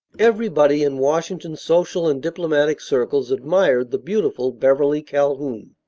everybody in washington's social and diplomatic circles admired the beautiful beverly calhoun.